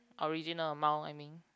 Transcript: original amount i mean